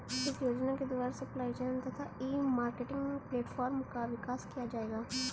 इस योजना के द्वारा सप्लाई चेन तथा ई मार्केटिंग प्लेटफार्म का विकास किया जाएगा